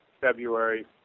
February